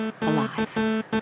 alive